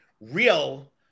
real